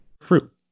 fruit